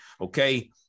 Okay